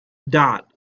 dot